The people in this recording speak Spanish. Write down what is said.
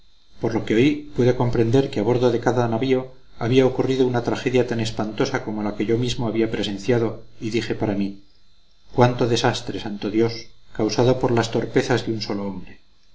por lo que oí pude comprender que a bordo de cada navío había ocurrido una tragedia tan espantosa como la que yo mismo había presenciado y dije para mí cuánto desastre santo dios causado por las torpezas de un solo hombre